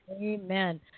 Amen